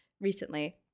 recently